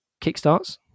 kickstarts